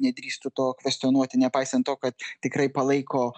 nedrįstų to kvestionuoti nepaisant to kad tikrai palaiko